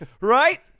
Right